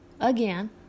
again